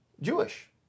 Jewish